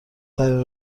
ترین